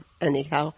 Anyhow